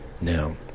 now